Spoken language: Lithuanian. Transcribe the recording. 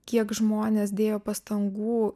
kiek žmonės dėjo pastangų